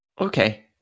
Okay